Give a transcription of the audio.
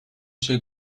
suoi